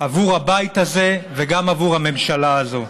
עבור הבית הזה וגם עבור הממשלה הזאת.